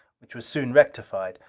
which was soon rectified.